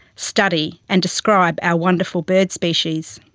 study and describe our wonderful bird species.